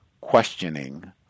questioning